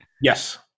Yes